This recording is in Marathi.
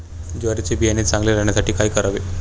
ज्वारीचे बियाणे चांगले राहण्यासाठी काय करावे?